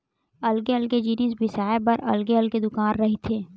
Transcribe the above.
अलगे अलगे जिनिस बिसाए बर अलगे अलगे दुकान रहिथे